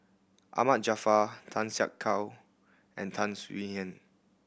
Ahmad Jaafar Tan Siak Kew and Tan Swie Hian